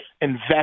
invest